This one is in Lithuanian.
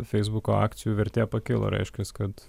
feisbuko akcijų vertė pakilo reiškias kad